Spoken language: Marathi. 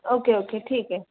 ओके ओके ठीक आहे